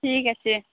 ᱴᱷᱤᱠ ᱟᱪᱷᱮ